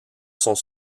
sont